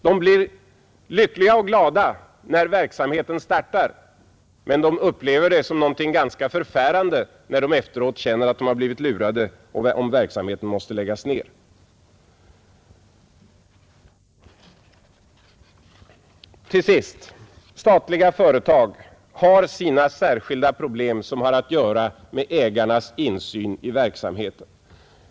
De blir lyckliga och glada när verksamheten startar men de upplever det som någonting ganska förfärande om de efteråt känner att de blivit lurade och verksamheten måste läggas ned. Till sist: Statliga företag har sina särskilda problem, som har att göra med ägarnas insyn i verksamheten.